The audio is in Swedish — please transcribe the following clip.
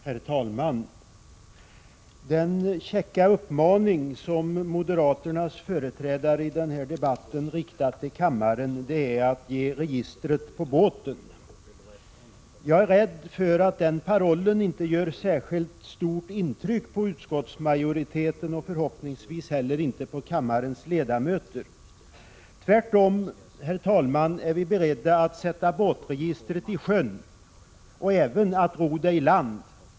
Herr talman! Den käcka uppmaning som moderaternas företrädare i debatten har riktat till kammaren är: Ge registret på båten! Jag är rädd för att den parollen inte gör särskilt stort intryck på utskottsmajoriteten — förhoppningsvis gör den det inte heller på kammarens ledamöter. Vi är tvärtom, herr talman, beredda att sätta båtregistret i sjön och även att ro det i land.